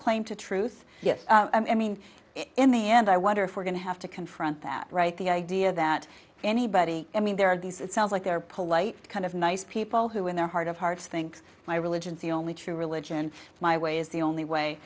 claim to truth yes i mean in the end i wonder if we're going to have to confront that right the idea that anybody mean there are these it sounds like they're polite kind of nice people who in their heart of hearts thinks my religion is the only true religion my way is the only way